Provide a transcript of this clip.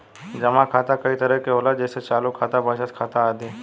जमा खाता कई तरह के होला जेइसे चालु खाता, बचत खाता आदि